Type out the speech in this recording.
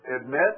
admit